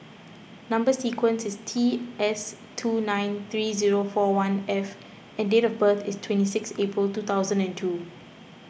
Number Sequence is T S two nine three zero four one F and date of birth is twenty six April two thousand and two